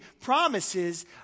promises